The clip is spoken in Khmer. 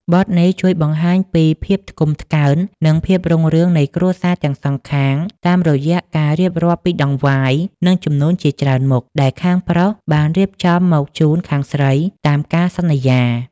បទនេះជួយបង្ហាញពីភាពថ្កុំថ្កើង និងភាពរុងរឿងនៃគ្រួសារទាំងសងខាង តាមរយៈការរៀបរាប់ពីដង្វាយ និងជំនូនជាច្រើនមុខដែលខាងប្រុសបានរៀបចំមកជូនខាងស្រីតាមការសន្យា។